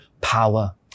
power